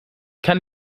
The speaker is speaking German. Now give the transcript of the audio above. kann